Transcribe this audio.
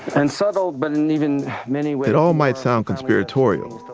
and subtle but in even many ways, it all might sound conspiratorial.